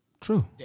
True